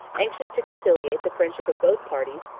anxious to conciliate the friendship of both parties,